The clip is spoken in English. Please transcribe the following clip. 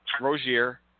Rozier